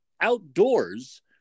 outdoors